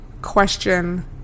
question